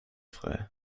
frei